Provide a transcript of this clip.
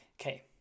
Okay